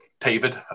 david